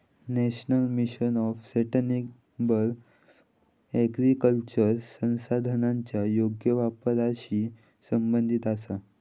national mission for sustainable agriculture संसाधनांच्या योग्य वापराशी संबंधित आसा